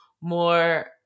more